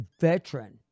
veteran